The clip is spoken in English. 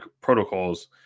protocols